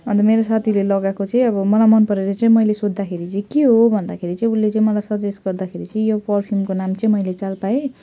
अन्त मेरो साथीले लगाएको चाहिँ अब मलाई मनपरेर चाहिँ मैले सोद्धाखेरि चाहिँ के हो भन्दाखेरि चाहिँ उसले चाहिँ मलाई सजेस्ट गर्दाखेरि चाहिँ यो परफ्युमको नाम चाहिँ मैले चाल पाएँ